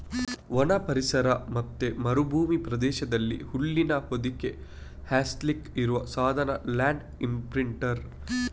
ಒಣ ಪರಿಸರ ಮತ್ತೆ ಮರುಭೂಮಿ ಪ್ರದೇಶದಲ್ಲಿ ಹುಲ್ಲಿನ ಹೊದಿಕೆ ಹಾಸ್ಲಿಕ್ಕೆ ಇರುವ ಸಾಧನ ಲ್ಯಾಂಡ್ ಇಂಪ್ರಿಂಟರ್